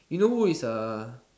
you know who is the